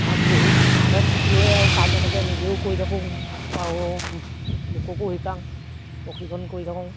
কাম বহুত হাতত লৈ আৰু কাম এনেকৈ নিজেও কৰি থাকোঁ আৰু লোককো শিকাওঁ প্ৰশিক্ষণ কৰি থাকোঁ